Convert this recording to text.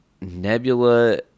Nebula